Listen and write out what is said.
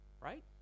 right